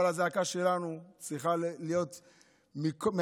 אבל הזעקה שלנו צריכה להיות מהלב,